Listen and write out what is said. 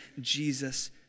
Jesus